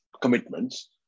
commitments